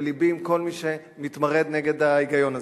ולבי עם כל מי שמתמרד נגד ההיגיון הזה.